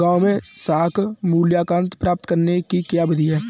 गाँवों में साख मूल्यांकन प्राप्त करने की क्या विधि है?